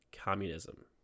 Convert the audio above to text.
communism